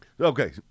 Okay